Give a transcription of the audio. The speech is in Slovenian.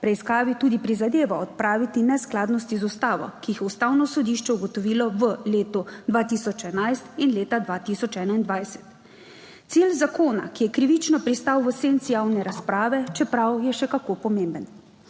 preiskavi tudi prizadeva odpraviti neskladnosti z Ustavo, ki jih je Ustavno sodišče ugotovilo v letu 2011 in leta 2021. Cilj zakona, ki je krivično pristal v senci javne razprave, čeprav je še kako pomemben.